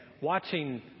watching